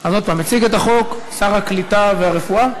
עוד פעם, מציג את החוק שר הקליטה והרפואה?